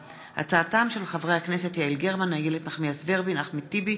איציק שמולי, משה גפני, אחמד טיבי,